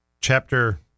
chapter